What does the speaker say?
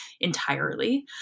entirely